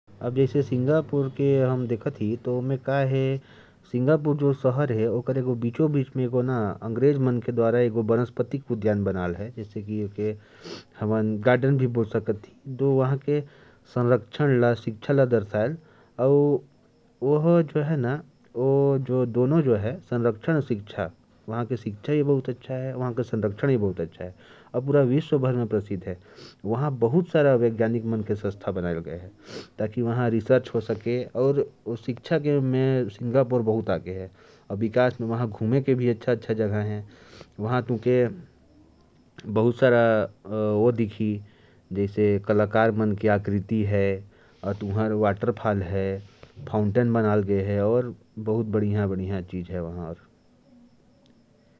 अब, जैसे सिंगापुर के बारे में देखा तो, शहर के बीचों-बीच अंग्रेजों द्वारा एक वानस्पतिक उद्यान बनाया गया है, जो वहां के संरक्षण और शिक्षा को दर्शाता है। शिक्षा में सिंगापुर बहुत आगे है, वहां वैज्ञानिकों के लिए भी संस्थाएं हैं। घूमने के लिए भी बढ़िया जगहें हैं, जैसे वाटरफॉल और बहुत सारी अन्य घूमने की जगहें।